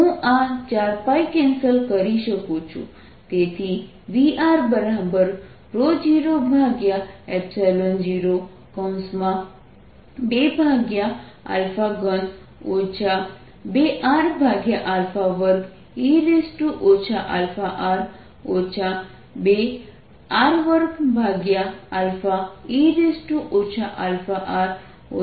હું આ 4π કેન્સલ કરું છું તેથી Vr0023 2r2e αr r2e αr 23e αr છે